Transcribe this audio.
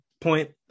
point